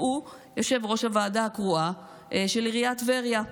והוא יושב-ראש הוועדה הקרואה של עיריית טבריה.